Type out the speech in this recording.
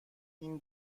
این